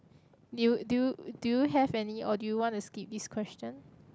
you do you do you have any or do you wanna skip this question